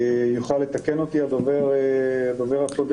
יוכל לתקן אותי הדובר הקודם.